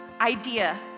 idea